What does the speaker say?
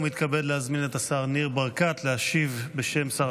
ומתכבד להזמין את השר ניר ברקת להשיב בשם שר